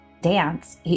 dance